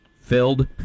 Filled